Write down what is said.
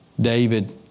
David